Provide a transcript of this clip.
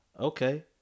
okay